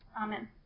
Amen